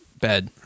bed